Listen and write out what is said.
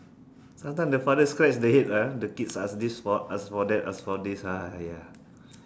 sometime the father scratch the head ah the kids ask this for ask for that ask for this ah !aiya!